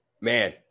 Man